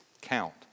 count